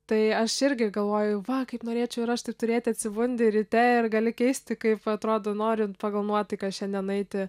tai aš irgi galvoju va kaip norėčiau ir aš taip turėti atsibundi ryte ir gali keisti kaip atrodo norint pagal nuotaiką šiandien eiti